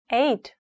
eight